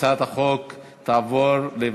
הצעת החוק עברה בקריאה ראשונה,